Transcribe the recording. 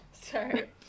Sorry